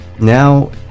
now